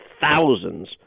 thousands